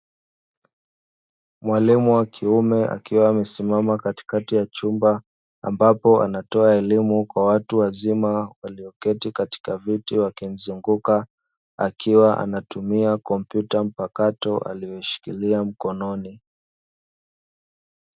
Mwalimu wa kiume akiwa amesimama katikati ya chumba ambapo anatoa elimu kwa watu wazima walioketi katika viti wakimzunguka, akiwa anatumia kompyuta mpakato aliyoishikilia mkononi.